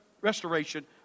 restoration